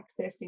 accessing